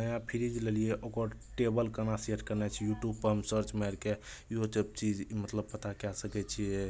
नया फ्रिज लेलियै ओकर टेबल केना सेट कयनाइ छै यूट्यूबपर हम सर्च मारि कऽ इहो सभ चीज मतलब पता कए सकै छियै